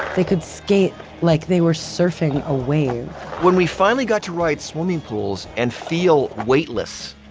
they could skate like they were surfing a wave when we finally got to ride swimming pools and feel weightless,